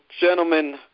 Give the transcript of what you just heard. gentlemen